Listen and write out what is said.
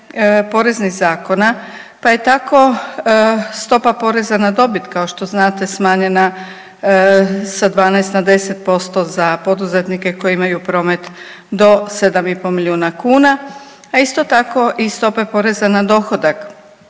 poreznih zakona pa je tako stopa poreza na dobit kao što znate smanjena sa 12 na 10% za poduzetnike koji imaju promet do 7,5 milijuna kuna, a isto tako i stope poreza na dohodak.